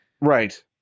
Right